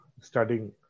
studying